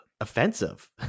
offensive